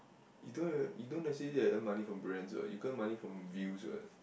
you don't even you don't necessary have to earn money from brands [what] you can earn money from views [what]